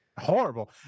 Horrible